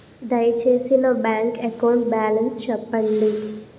దయచేసి నా bank account balance చెప్పండి